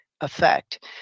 effect